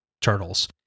turtles